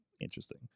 interesting